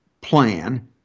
plan